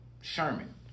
Sherman